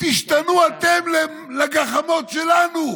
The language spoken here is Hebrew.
תשתנו אתם לגחמות שלנו,